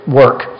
work